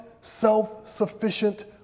self-sufficient